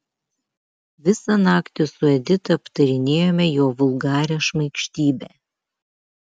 visą naktį su edita aptarinėjome jo vulgarią šmaikštybę